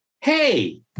hey